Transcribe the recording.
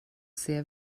sehr